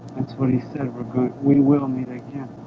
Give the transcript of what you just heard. that's what he said we will meet again